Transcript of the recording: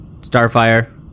Starfire